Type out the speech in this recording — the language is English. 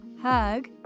hug